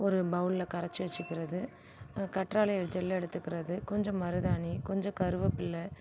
ஒரு பௌலில் கரைச்சு வச்சுக்கிறது கற்றாழை ஜெல் எடுத்துக்கிறது கொஞ்சோம் மருதாணி கொஞ்சம் கருவேப்பிலை